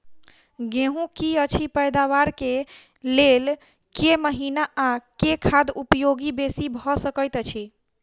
गेंहूँ की अछि पैदावार केँ लेल केँ महीना आ केँ खाद उपयोगी बेसी भऽ सकैत अछि?